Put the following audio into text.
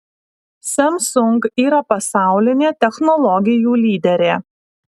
samsung yra pasaulinė technologijų lyderė